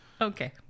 Okay